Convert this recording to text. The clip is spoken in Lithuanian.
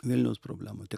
vilniaus problemą tiek